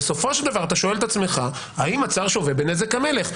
בסופו של דבר אתה שואל את עצמך האם הצר שווה בנזק המלך.